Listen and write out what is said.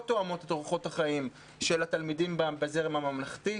תואמות את אורחות החיים של התלמידים בזרם הממלכתי.